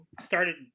started